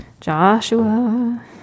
Joshua